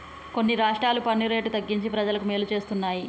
కొన్ని రాష్ట్రాలు పన్ను రేటు తగ్గించి ప్రజలకు మేలు చేస్తున్నాయి